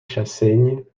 chassaigne